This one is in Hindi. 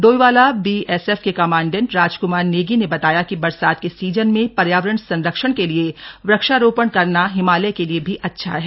डोईवाला बीएसएफ के कमांडेंट राजक्मार नेगी ने बताया कि बरसात के सीजन में पर्यावरण संरक्षण के लिए वृक्षारोपण करना हिमालय के लिए भी अच्छा है